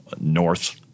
north